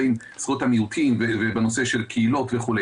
עם זכויות המיעוטים בנושא של קהילות וכו',